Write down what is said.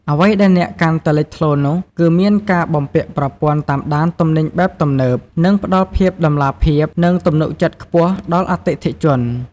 អ្វីដែលកាន់តែលេចធ្លោនោះ គឺមានការបំពាក់ប្រព័ន្ធតាមដានទំនិញបែបទំនើប ដែលផ្ដល់ភាពតម្លាភាព និងទំនុកចិត្តខ្ពស់ដល់អតិថិជន។